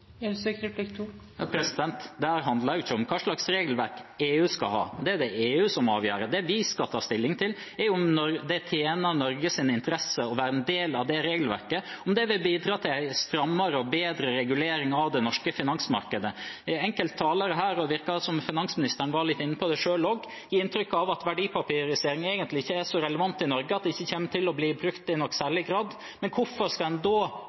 handler jo ikke om hva slags regelverk EU skal ha. Det er det EU som avgjør. Det vi skal ta stilling til, er om det tjener Norges interesser å være en del av det regelverket, om det vil bidra til en strammere og bedre regulering av det norske finansmarkedet. Enkelte talere her – og finansministeren var litt inne på det selv også – har gitt inntrykk av at verdipapirisering egentlig ikke er så relevant i Norge, at det ikke kommer til å bli brukt i noen særlig grad. Men hvorfor skal en